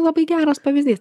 labai geras pavyzdys